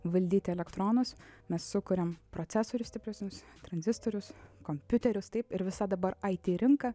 valdyti elektronus mes sukuriam procesorius stipresnius tranzistorius kompiuterius taip ir visa dabar it rinka